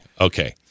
Okay